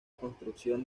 construcción